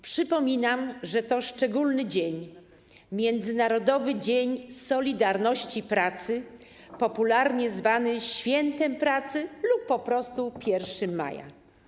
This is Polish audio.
Przypominam, że to szczególny dzień, Międzynarodowy Dzień Solidarności Ludzi Pracy, popularnie zwany Świętem Pracy lub po prostu 1 Maja.